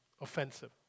offensive